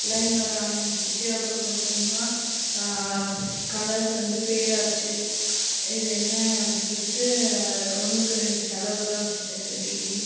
line வர ஆரமிச்சுருச்சு அப்புறம் கொஞ்சம் கொஞ்சமாக கலர்ஸ் வந்து ஃபேடாச்சு இது என்ன அப்படின் சொல்லிட்டு ஒன்றுக்கு ரெண்டு செலவு தான் வெச்சிச்சு அந்த டிவி